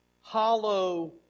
Hollow